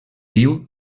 diu